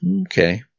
Okay